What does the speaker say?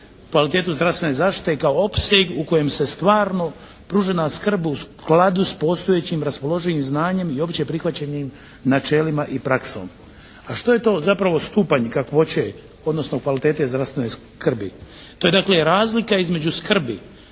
kvalitetu zdravstvene zaštite kao opseg u kojem se stvarno pružena skrb u skladu s postojećim raspoloživim znanjem i opće prihvaćenim načelima i praksom. A što je to zapravo stupanj kakvoće, odnosno kvalitete zdravstvene skrbi. To je dakle razlika između skrbi